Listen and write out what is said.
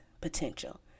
potential